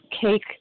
cake